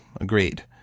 agreed